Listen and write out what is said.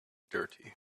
dirty